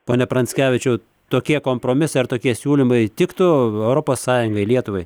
pone pranckevičiau tokie kompromisai ar tokie siūlymai tiktų europos sąjungai lietuvai